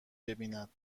ببیند